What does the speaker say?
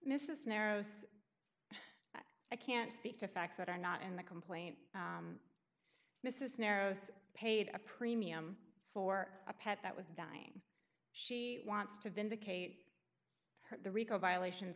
mrs narrows i can't speak to facts that are not in the complaint mrs narrows paid a premium for a pet that was dying she wants to vindicate her the rico violations